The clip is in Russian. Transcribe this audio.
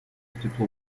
тепло